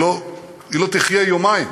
היא לא תחיה יומיים.